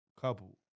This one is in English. Couple